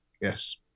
Yes